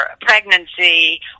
pregnancy